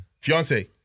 Fiance